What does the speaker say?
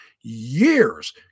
years